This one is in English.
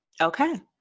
Okay